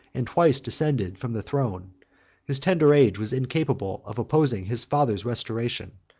and twice descended from the throne his tender age was incapable of opposing his father's restoration,